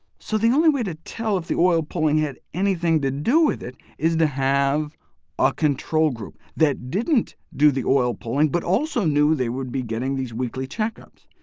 so the only way to tell if the oil pulling had anything to do with it is to have a control group that didn't do the oil pulling, but also knew they would be getting these weekly checkups.